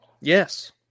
Yes